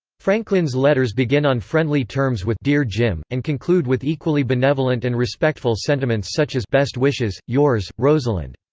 franklin's letters begin on friendly terms with dear jim, and conclude with equally benevolent and respectful sentiments such as best wishes, yours, rosalind.